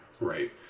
right